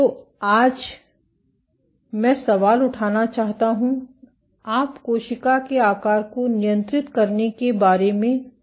तो मैं आज सवाल उठाना चाहता हूं आप कोशिका के आकार को नियंत्रित करने के बारे में क्या सोचते हैं